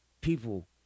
people